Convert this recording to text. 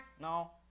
no